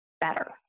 better